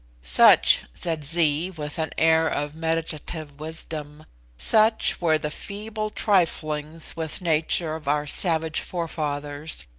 such, said zee, with an air of meditative wisdom such were the feeble triflings with nature of our savage forefathers,